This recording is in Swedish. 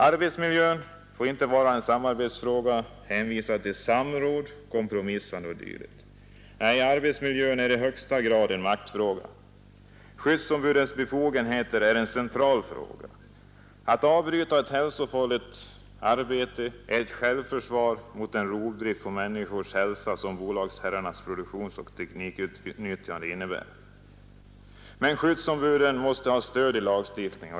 Arbetsmiljön får inte vara en samarbetsfråga, hänvisad till samråd, kompromissande o. d. Nej, arbetsmiljön är i högsta grad en maktfråga. Skyddsombudens befogenheter är en central fråga. Att avbryta ett hälsofarligt arbete är ett självförsvar mot den rovdrift på människors hälsa som bolagsherrarnas produktionsoch teknikutnyttjande innebär. Men skyddsombuden måste ha stöd i lagstiftningen.